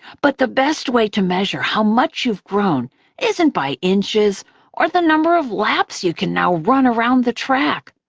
but the best way to measure how much you've grown isn't by inches or the number of laps you can now run around the track,